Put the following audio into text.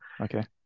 Okay